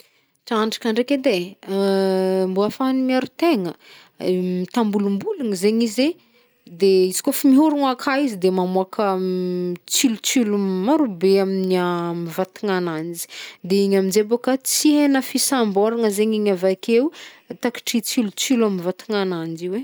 Trandraka ndraiky edy e, mbô ahafahany miaro tegna, mitambolombologna zegny izy e, de izy kôf miorognôakaizy de mamôaka tsilotsilogny maro be egny am vatagnananjy. De igny am njay bôka, tsy haignao fisambôragna zegny igny avakeo, takatry tsilotsilo am vatgnananjy io e.